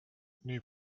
nüüd